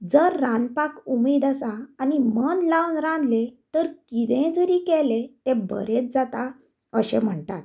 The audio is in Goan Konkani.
जर रांदपाक उमेद आसा आनी मन लावन रांदलें तर कितेंय जरी केलें तें बरेंच जाता अशें म्हण्टात